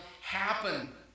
happen